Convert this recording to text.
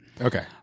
Okay